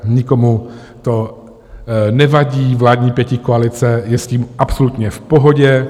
Nikomu to nevadí, vládní pětikoalice je s tím absolutně v pohodě.